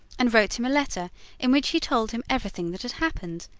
and wrote him a letter in which he told him everything that had happened,